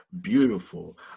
beautiful